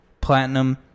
platinum